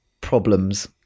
problems